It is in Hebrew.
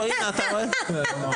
הוא לא נורמלי גם חוקית.